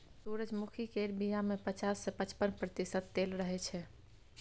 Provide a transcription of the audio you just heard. सूरजमुखी केर बीया मे पचास सँ पचपन प्रतिशत तेल रहय छै